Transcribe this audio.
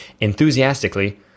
enthusiastically